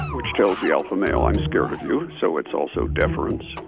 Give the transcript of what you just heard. which tells the alpha male i'm scared of you, so it's all so deference.